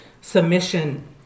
submission